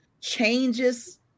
changes